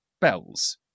bells